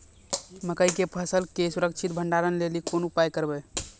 मकई के फसल के सुरक्षित भंडारण लेली कोंन उपाय करबै?